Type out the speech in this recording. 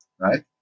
right